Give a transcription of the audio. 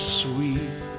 sweet